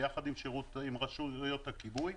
ביחד עם רשויות הכיבוי,